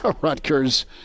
Rutgers